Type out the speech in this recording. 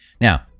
Now